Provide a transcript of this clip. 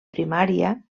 primària